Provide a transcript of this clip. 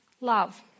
love